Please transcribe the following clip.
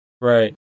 Right